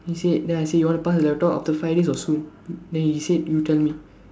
then he said then I say you want to pass the laptop after five days or so then he said you tell me